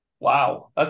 wow